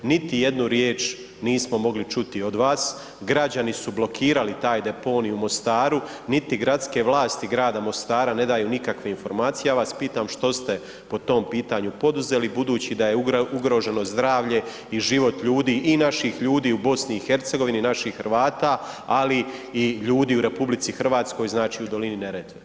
Niti jednu riječ nismo mogli čuti od vas, građani su blokirali taj deponij u Mostaru, niti gradske vlasti grada Mostara ne daju nikakve informacije, ja vas pitam što ste po tom pitanju poduzeli budući da je ugroženo zdravlje i život ljudi, i naših ljudi u BiH, naših Hrvata, ali i ljudi u RH, znači u dolini Neretve.